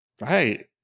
Right